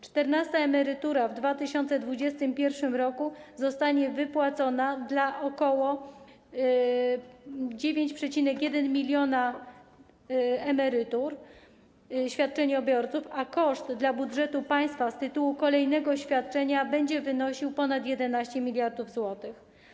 Czternasta emerytura w 2021 r. zostanie wypłacona dla ok. 9,1 mln emerytów, świadczeniobiorców, a koszt dla budżetu państwa z tytułu kolejnego świadczenia będzie wynosił ponad 11 mld zł.